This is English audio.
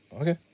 Okay